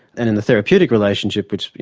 and in the therapeutic relationship, which you